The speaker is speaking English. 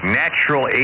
natural